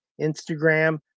Instagram